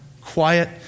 quiet